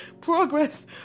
progress